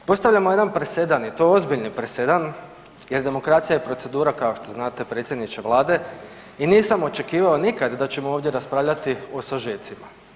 Postavljamo jedan presedan i to ozbiljni presedan jer demokracija je procedura, kao što znate, predsjedniče Vlade, i nisam očekivao nikad da ćemo ovdje raspravljati o sažecima.